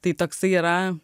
tai toksai yra